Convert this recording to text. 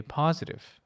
positive